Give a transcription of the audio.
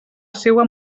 seua